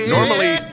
Normally